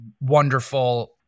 wonderful